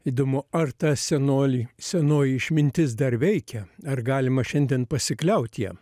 įdomu ar tą senolį senoji išmintis dar veikia ar galima šiandien pasikliaut ja